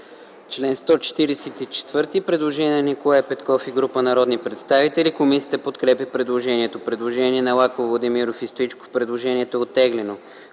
135 има предложение на Николай Петков и група народни представители. Комисията подкрепя предложението. Предложение на Лаков, Владимиров и Стоичков. Предложението е оттеглено.